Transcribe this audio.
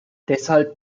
deshalb